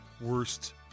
worst